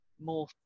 more